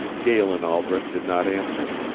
galen albret did not answer.